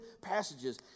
passages